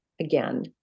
again